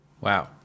Wow